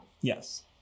Yes